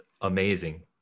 amazing